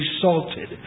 salted